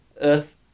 Earth